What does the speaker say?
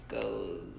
goes